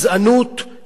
כשזה פוגע בך,